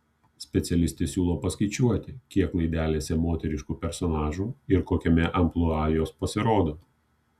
specialistė siūlo paskaičiuoti kiek laidelėse moteriškų personažų ir kokiame amplua jos pasirodo